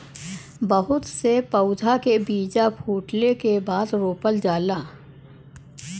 बहुत से पउधा के बीजा फूटले के बादे रोपल जाला